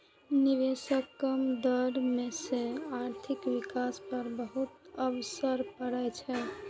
निवेशक कम दर सं आर्थिक विकास पर बहुत असर पड़ै छै